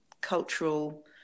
cultural